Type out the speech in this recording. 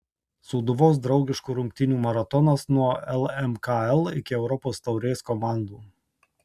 sūduvos draugiškų rungtynių maratonas nuo lmkl iki europos taurės komandų